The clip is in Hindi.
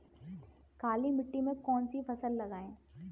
काली मिट्टी में कौन सी फसल लगाएँ?